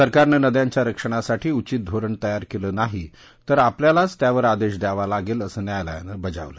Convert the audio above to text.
सरकारनं नद्यांच्या रक्षणासाठी उचित धोरण तयार केलं नाही तर आपल्यालाच त्यावर आदेश द्यावा लागेल असं न्यायालयानं बजावलं